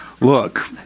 Look